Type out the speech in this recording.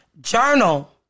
Journal